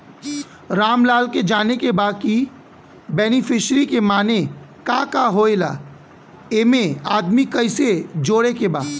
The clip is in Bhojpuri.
रामलाल के जाने के बा की बेनिफिसरी के माने का का होए ला एमे आदमी कैसे जोड़े के बा?